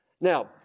Now